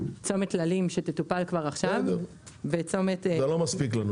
צומת טללים שתטופל כבר עכשיו וצומת --- זה לא מספיק לנו.